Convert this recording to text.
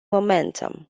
momentum